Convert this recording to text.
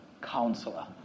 Counselor